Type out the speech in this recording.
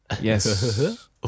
Yes